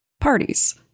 Parties